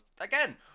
Again